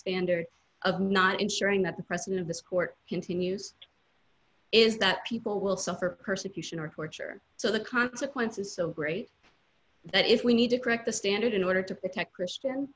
standard of not ensuring that the president of this court continues is that people will suffer persecution or porcher so the consequences so great that if we need to correct the standard in order to protect christian